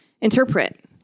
interpret